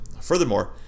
Furthermore